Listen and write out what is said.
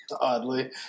oddly